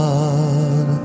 God